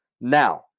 Now